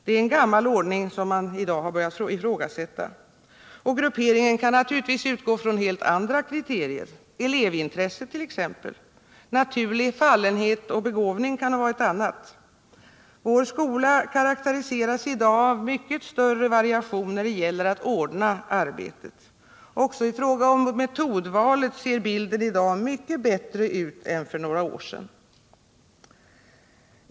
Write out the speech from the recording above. Det är en gammal ordning som man i dag har börjat ifrågasätta. Och grupperingen kan naturligtvis utgå från helt andra kriterier — elevintresset t.ex. Naturlig fallenhet och begåvning kan vara ett annat. Vår skola karakteriseras i dag av mycket större variationer när det gäller att ordna arbetet än tidigare. Också i fråga om metodvalet ser bilden i dag bättre ut än för några år sedan.